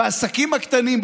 בעסקים הקטנים,